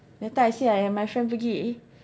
that time ah I see my friend pergi